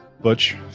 Butch